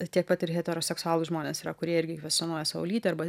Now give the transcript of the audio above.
tiek pat ir heteroseksualūs žmonės yra kurie irgi kvestionuoja savo lytį arba